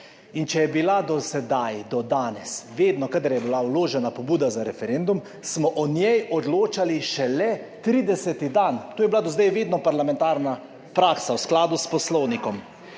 In če smo do sedaj, do danes vedno, kadar je bila vložena pobuda za referendum, o njej odločali šele 30. dan, to je bila do zdaj vedno parlamentarna praksa v skladu s poslovnikom,